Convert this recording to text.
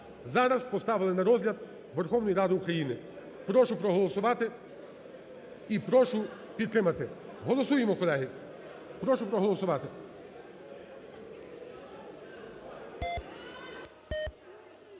зараз поставили на розгляд Верховної Ради України. Прошу проголосувати і прошу підтримати. Голосуємо, колеги, прошу проголосувати.